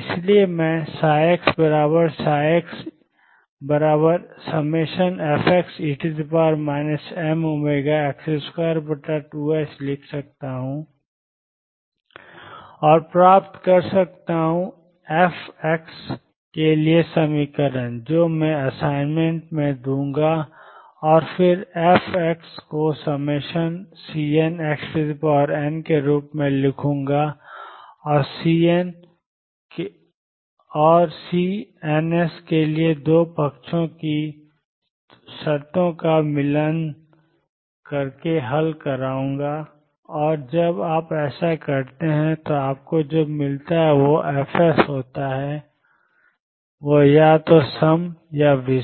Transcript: इसलिए मैं ψ बराबर ψ equals fxe mω2ℏx2 लिख सकता हूं और प्राप्त कर सकता हूं एफ एक्स के लिए एक समीकरण जो मैं असाइनमेंट में दूंगा और फिर एफ एक्स को Cnxn के रूप में लिखूंगा और सी एनएस के लिए 2 पक्षों की शर्तों का मिलान करके हल करूंगा और जब आप ऐसा करते हैं तो आपको जो मिलता है वह एफएस होता है या तो सम या विषम